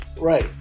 Right